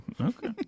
Okay